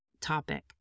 topic